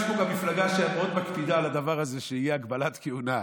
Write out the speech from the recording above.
יש פה גם מפלגה שמאוד מקפידה על הדבר הזה שתהיה הגבלת כהונה,